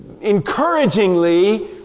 encouragingly